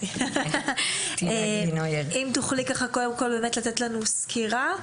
אם תוכלי לתת לנו סקירה.